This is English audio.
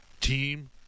team